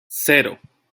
cero